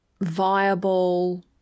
viable